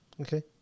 okay